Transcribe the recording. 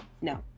no